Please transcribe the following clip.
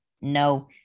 no